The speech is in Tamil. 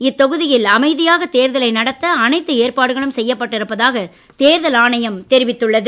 இத்தொகுதியில் அமைதியாக தேர்தலை நடத்த அனைத்து ஏற்பாடுகளும் செய்யப்பட்டு இருப்பதாக தேர்தல் ஆணையம் தெரிவித்துள்ளது